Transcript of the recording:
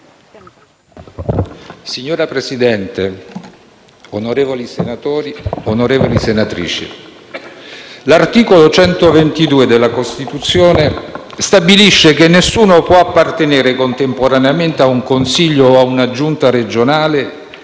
Signor Presidente, onorevoli senatori, onorevoli senatrici, l'articolo 122 della Costituzione stabilisce che nessuno può appartenere contemporaneamente a un Consiglio o una Giunta regionale